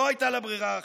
לא הייתה לה ברירה אחרת.